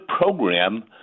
program